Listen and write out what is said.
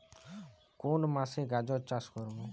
কোন মাসে গাজর চাষ করব?